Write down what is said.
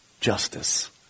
justice